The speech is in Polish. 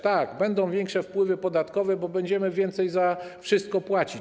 Tak, będą większe wpływy podatkowe, bo będziemy więcej za wszystko płacić.